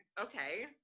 okay